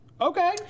Okay